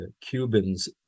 Cubans